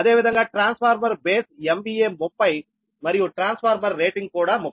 u అదేవిధంగా transformer base MVA 30 మరియు transformer rating కూడా 30